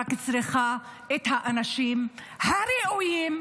שרק צריכה את האנשים הראויים,